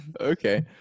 Okay